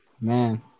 Man